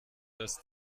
das